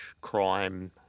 crime